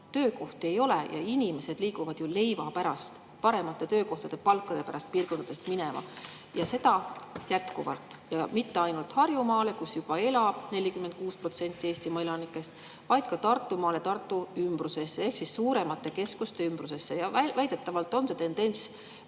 töökohti ei ole ja inimesed liiguvad ju leiva pärast, paremate töökohtade ja parema palga pärast maapiirkondadest minema. Ja mitte ainult Harjumaale, kus juba elab 46% Eestimaa elanikest, vaid ka Tartumaale ja Tartu ümbrusesse ehk suuremate keskuste ümbrusesse. Väidetavalt on see tendents